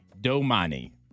Domani